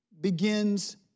begins